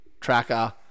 Tracker